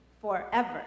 forever